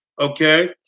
okay